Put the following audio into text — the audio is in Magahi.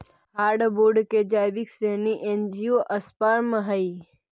हार्डवुड के जैविक श्रेणी एंजियोस्पर्म हइ